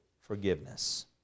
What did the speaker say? forgiveness